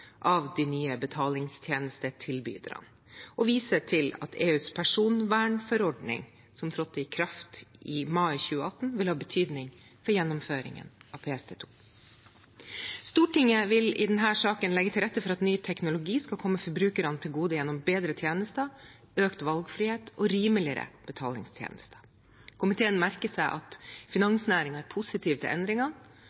av de nye betalingstjenestetilbyderne og viser til at EUs personvernforordning, som trådte i kraft i mai 2018, vil ha betydning for gjennomføringen av PSD 2. Stortinget vil i denne saken legge til rette for at ny teknologi skal komme forbrukerne til gode gjennom bedre tjenester, økt valgfrihet og rimeligere betalingstjenester. Komiteen merker seg at